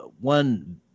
one